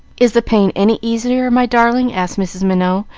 is the pain any easier, my darling? asked mrs. minot,